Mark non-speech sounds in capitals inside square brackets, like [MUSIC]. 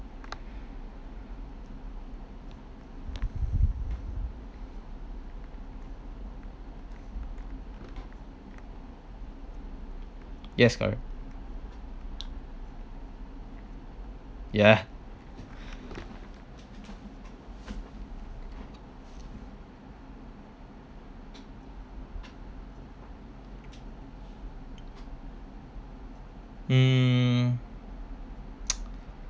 yes correct yeah mm [NOISE]